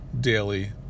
daily